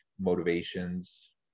motivations